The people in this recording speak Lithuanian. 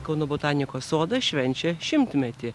kauno botanikos sodas švenčia šimtmetį